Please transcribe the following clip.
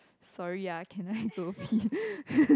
sorry ah can I pee